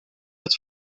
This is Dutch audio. het